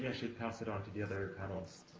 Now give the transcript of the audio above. yeah should pass it on to the other panelists.